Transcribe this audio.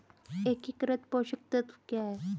एकीकृत पोषक तत्व क्या है?